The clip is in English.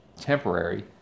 temporary